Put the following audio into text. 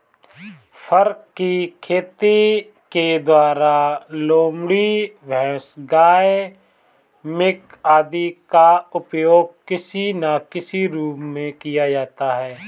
फर की खेती के द्वारा लोमड़ी, भैंस, गाय, मिंक आदि का उपयोग किसी ना किसी रूप में किया जाता है